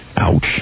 Ouch